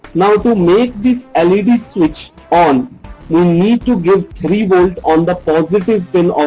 now to make this ah led switch on we need to give three volt on the positive pin of